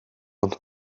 ond